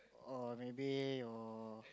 or maybe your